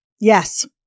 Yes